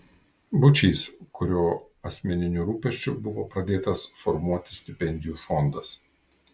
būčys kurio asmeniniu rūpesčiu buvo pradėtas formuoti stipendijų fondas